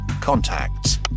Contacts